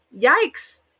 yikes